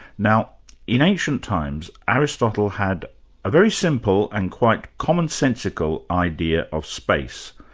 now in ancient times, aristotle had a very simple and quite commonsensical idea of space.